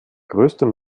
größter